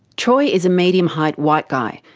troy is a medium-height white guy.